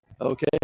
Okay